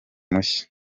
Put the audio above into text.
mushya